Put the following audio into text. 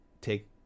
take